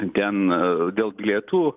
ten dėl bilietų